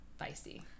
feisty